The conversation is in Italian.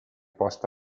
posta